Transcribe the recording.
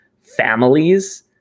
families